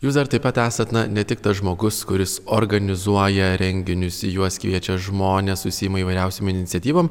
jūs dar taip pat esat na ne tik tas žmogus kuris organizuoja renginius į juos kviečia žmones užsiima įvairiausiom iniciatyvom